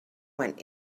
went